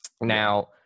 Now